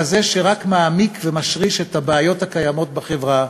כזה שרק מעמיק ומשריש את הבעיות הקיימות בחברה.